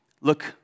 look